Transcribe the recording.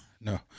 no